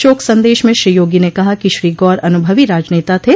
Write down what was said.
शोक संदेश में श्री योगी ने कहा कि श्री गौर अनुभवी राजनेता थे